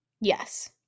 Yes